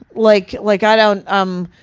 like like, i don't, um,